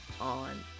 on